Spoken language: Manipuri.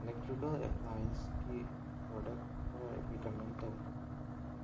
ꯏꯂꯦꯛꯇ꯭ꯔꯤꯀꯦꯜ ꯑꯦꯄ꯭ꯂꯥꯌꯦꯟꯁꯀꯤ ꯄ꯭ꯔꯗꯛ ꯈꯔ ꯔꯤꯀꯃꯦꯟ ꯇꯧ